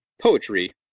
poetry